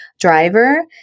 driver